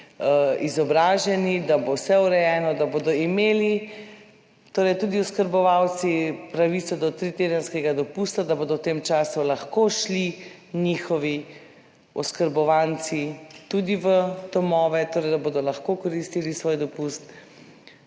izobraženi, da bo vse urejeno, da bodo imeli torej tudi oskrbovanci pravico do tritedenskega dopusta, da bodo v tem času lahko šli njihovi oskrbovanci tudi v domove, torej da bodo lahko koristili svoj dopust,